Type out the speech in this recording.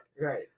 Right